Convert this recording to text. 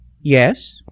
Yes